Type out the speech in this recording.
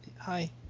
Hi